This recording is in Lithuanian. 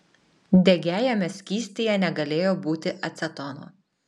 degiajame skystyje negalėjo būti acetono